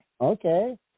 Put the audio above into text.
Okay